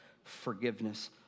Forgiveness